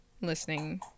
listening